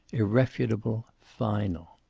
irrefutable, final.